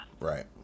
Right